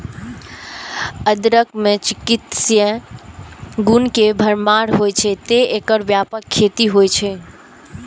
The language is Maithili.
अदरक मे चिकित्सीय गुण के भरमार होइ छै, तें एकर व्यापक खेती होइ छै